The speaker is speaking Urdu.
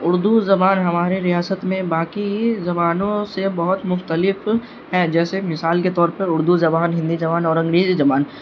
اردو زبان ہمارے ریاست میں باقی زبانوں سے بہت مختلف ہے جیسے مثال کے طور پر اردو زبان ہندی زبان اور انگریزی زبان